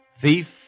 thief